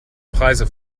preise